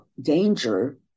danger